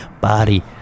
body